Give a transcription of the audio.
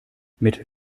mit